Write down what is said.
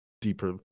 deeper